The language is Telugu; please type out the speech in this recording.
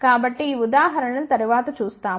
కాబట్టి ఈ ఉదాహరణలను తరువాత చూస్తాము